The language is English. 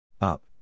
Up